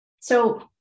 So-